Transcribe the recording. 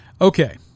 Okay